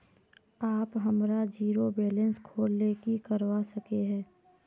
आप हमार zero balance खोल ले की करवा सके है?